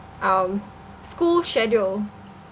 um school schedule